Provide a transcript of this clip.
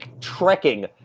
trekking